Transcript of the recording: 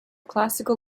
classical